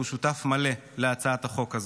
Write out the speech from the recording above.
והוא שותף מלא להצעת החוק הזו.